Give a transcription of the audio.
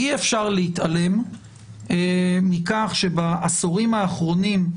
אי אפשר להתעלם מכך שבעשורים האחרונים,